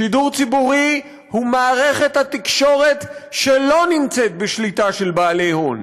שידור ציבורי הוא מערכת התקשורת שלא נמצאת בשליטה של בעלי הון,